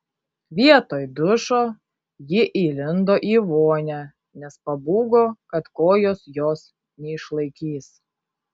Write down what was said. vietoj dušo ji įlindo į vonią nes pabūgo kad kojos jos neišlaikys